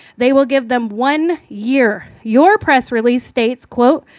they will give them one year. your press release states, quote,